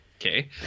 Okay